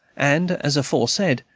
and, as aforesaid,